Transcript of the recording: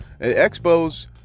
Expos